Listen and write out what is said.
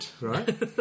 right